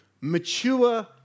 Mature